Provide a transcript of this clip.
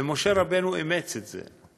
ומשה רבנו אימץ את זה.